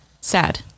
sad